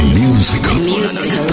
music